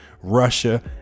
Russia